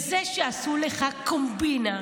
זה שעשו לך קומבינה,